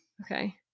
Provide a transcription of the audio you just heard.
Okay